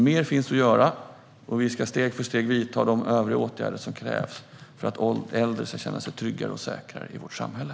Mer finns att göra, och vi ska steg för steg vidta de övriga åtgärder som krävs för att äldre ska känna sig tryggare och säkrare i vårt samhälle.